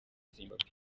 zimbabwe